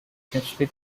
essentially